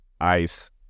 ice